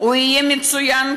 יהיה מצוין כאן.